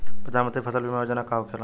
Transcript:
प्रधानमंत्री फसल बीमा योजना का होखेला?